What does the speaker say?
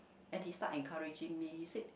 and he start encouraging me he said